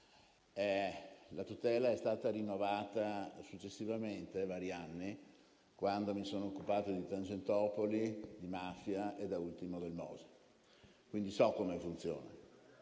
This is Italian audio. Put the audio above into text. La tutela è stata rinnovata successivamente, vari anni, quando mi sono occupato di tangentopoli, di mafia e da ultimo del Mose e, quindi, so come funziona.